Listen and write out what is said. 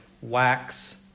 wax